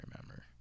remember